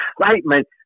excitement